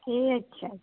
ठीक ऐ